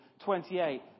28